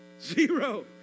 Zero